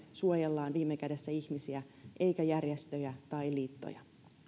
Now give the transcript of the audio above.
suojelemme viime kädessä ihmisiä eikä järjestöjä tai liittoja